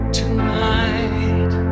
tonight